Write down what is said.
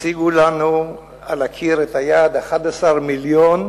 הציגו לנו על הקיר את היעד, 11 מיליון,